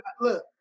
look